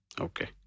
Okay